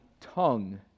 tongue